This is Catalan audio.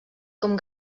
com